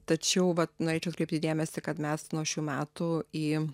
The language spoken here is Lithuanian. tačiau vat norėčiau atkreipti dėmesį kad mes nuo šių metų į